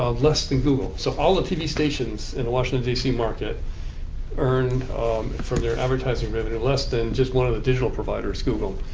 ah less than google. so all the tv stations in the washington, d c. market earn from their advertising revenue less than just one of the digital providers, google.